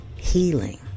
healing